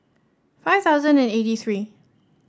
five thousand and eighty three